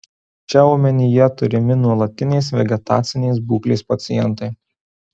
čia omenyje turimi nuolatinės vegetacinės būklės pacientai